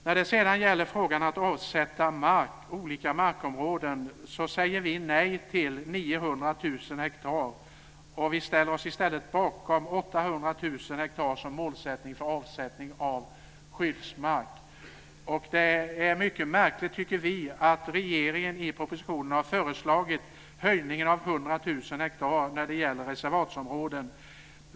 När det sedan gäller frågan att avsätta olika markområden säger vi nej till 900 000 hektar. Vi ställer oss i stället bakom 800 000 hektar som målsättning för avsättning av skyddsmark. Det är mycket märkligt, tycker vi, att regeringen i propositionen har föreslagit höjningen av 100 000 hektar när det gäller reservatsområden.